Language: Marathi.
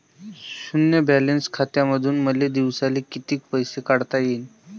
शुन्य बॅलन्स खात्यामंधून मले दिवसाले कितीक पैसे काढता येईन?